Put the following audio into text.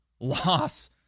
loss